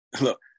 look